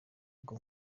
bwo